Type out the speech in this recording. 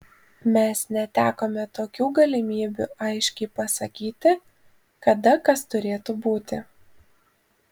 mes netekome tokių galimybių aiškiai pasakyti kada kas turėtų būti